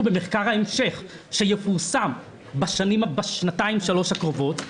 במחקר ההמשך שיפורסם בשנתיים שלוש הקרובות,